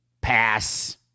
pass